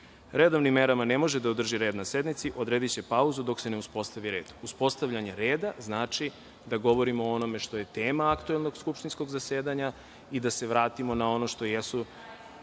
redovnim merama ne može da održi red na sednici odrediće pauzu dok se ne uspostavi red. Uspostavljanje reda znači da govorimo o onome što je tema aktuelnog skupštinskog zasedanja i da se vratimo na ono što jeste